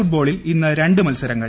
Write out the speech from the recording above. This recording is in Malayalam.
ഫുട്ബോളിൽ ഇന്ന് രണ്ട് മത്സരങ്ങൾ